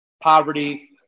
Poverty